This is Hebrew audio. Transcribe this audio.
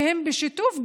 וגם הם גם בשיתוף,